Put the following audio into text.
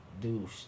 Douche